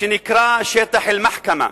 שנקרא שטח אלמחכמה.